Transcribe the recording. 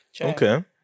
Okay